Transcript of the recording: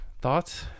Thoughts